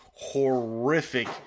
Horrific